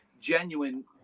genuine